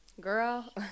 girl